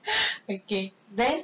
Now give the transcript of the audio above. okay then